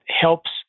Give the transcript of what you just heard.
helps